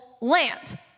land